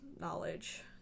knowledge